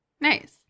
Nice